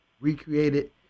recreated